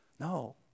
No